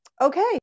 okay